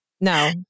No